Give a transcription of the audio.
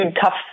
tough